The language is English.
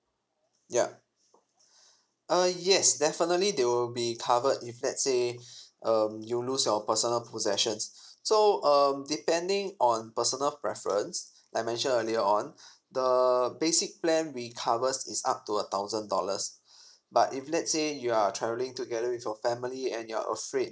ya uh yes definitely they will be covered if let's say um you lose your personal possessions so um depending on personal preference I mentioned earlier on the basic plans we cover is up to a thousand dollars but if let's say you are travelling together with your family and you're afraid